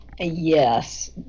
Yes